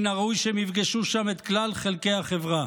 מן הראוי שהם יפגשו שם את כלל חלקי החברה.